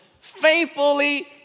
faithfully